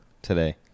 Today